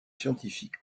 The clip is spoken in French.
scientifiques